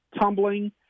tumbling